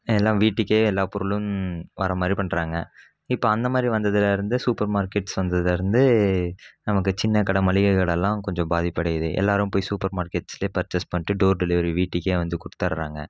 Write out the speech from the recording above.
எல்லாம் வீட்டுக்கே எல்லா பொருளும் வர மாதிரி பண்ணுறாங்க இப்போது அந்த மாதிரி வந்ததில் இருந்து சூப்பர் மார்கெட்ஸ் வந்ததிலருந்து நமக்கு சின்ன கடை மளிகை கடை எல்லாம் கொஞ்சம் பாதிப்படையுது எல்லாேரும் போய் சூப்பர் மார்கெட்ஸ்லேயே பர்ச்சேஸ் பண்ணிட்டு டோர் டெலிவரி வீட்டுக்கே வந்து கொடுத்தர்றாங்க